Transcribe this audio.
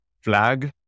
flag